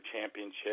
championship